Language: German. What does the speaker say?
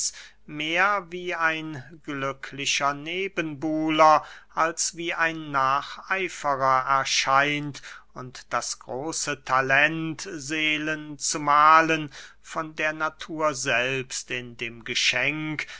mehr wie ein glücklicher nebenbuhler als wie ein nacheiferer erscheint und das große talent seelen zu mahlen von der natur selbst in dem geschenk